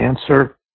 answer